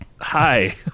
Hi